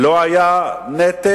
לא היה נתק